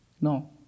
No